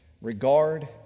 regard